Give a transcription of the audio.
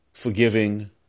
forgiving